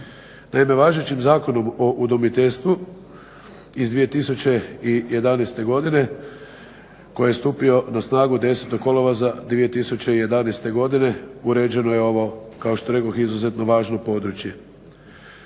Naime, važećim Zakonom o udomiteljstvu iz 2011. godine koji je stupio na snagu 10. kolovoza 2011. godine, uređeno je ovo kao što rekoh izuzetno važno područje.